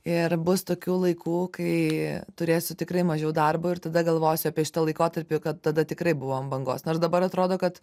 ir bus tokių laikų kai turėsiu tikrai mažiau darbo ir tada galvosiu apie šitą laikotarpį kad tada tikrai buvau ant bangos nors dabar atrodo kad